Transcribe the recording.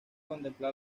contemplar